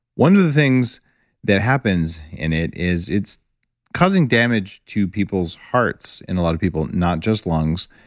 one of the things that happens in it is, it's causing damage to people's hearts in a lot of people, not just lungs,